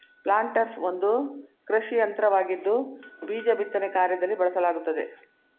planters ಒಂದು ಕೃಷಿಯಂತ್ರವಾಗಿದ್ದು ಬೀಜ ಬಿತ್ತನೆ ಕಾರ್ಯದಲ್ಲಿ ಬಳಸಲಾಗುತ್ತದೆ